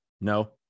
No